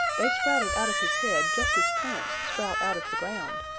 they sprouted out of his head just as plants sprout out of the ground,